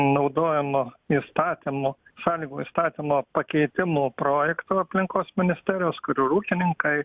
naudojimo įstatymų sąlygų įstatymo pakeitimų projektų aplinkos ministerijos kur ir ūkininkai